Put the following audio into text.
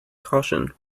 caution